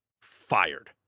fired